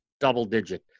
double-digit